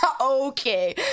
Okay